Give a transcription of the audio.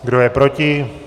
Kdo je proti?